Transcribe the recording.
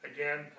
Again